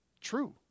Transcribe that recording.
true